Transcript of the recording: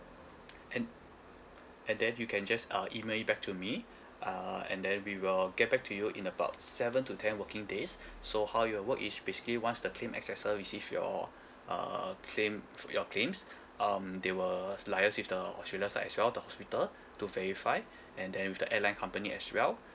and and then if you can just uh email it back to me uh and then we will get back to you in about seven to ten working days so how it will work is basically once the claim assessor receive your uh claim for your claims um they will liaise with the australia side as well the hospital to verify and then with the airline company as well